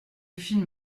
film